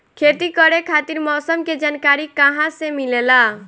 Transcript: खेती करे खातिर मौसम के जानकारी कहाँसे मिलेला?